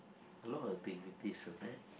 a lot of activities